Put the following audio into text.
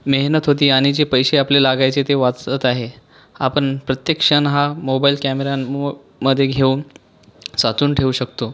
मेहनत होती आणि जे पैसे आपले लागायचे ते वाचत आहे आपण प्रत्येक क्षण हा मोबाईल कॅमेरा मदे मो घेऊन साचवून ठेवू शकतो